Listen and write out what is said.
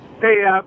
hey